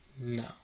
No